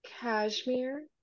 cashmere